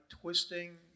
twisting